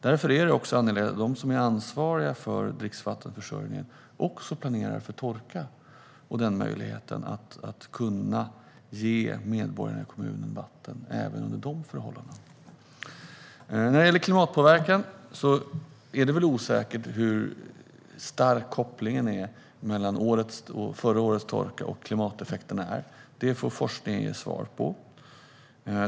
Därför är det angeläget att de som är ansvariga för dricksvattenförsörjningen också planerar för torka och den möjligheten att kunna ge medborgarna i kommunen vatten även under de förhållandena. När det gäller klimatpåverkan är det väl osäkert hur stark kopplingen är mellan förra årets torka och klimateffekterna. Det får forskningen ge svar på.